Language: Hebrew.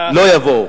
לא יבואו.